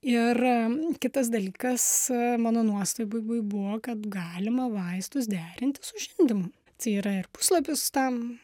ir kitas dalykas mano nuostabai buvo kad galima vaistus derinti su žindymu tai yra ir puslapius tam